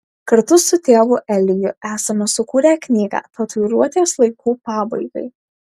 kartu su tėvu eliju esame sukūrę knygą tatuiruotės laikų pabaigai